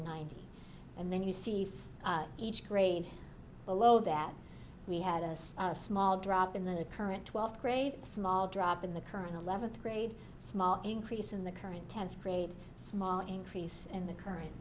ninety and then you see for each grade below that we had a small drop in the current twelfth grade small drop in the current eleventh grade small increase in the current tenth create a small increase in the current